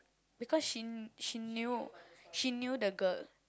because she she knew she knew the girl